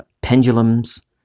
pendulums